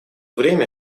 время